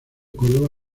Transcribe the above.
córdoba